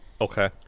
Okay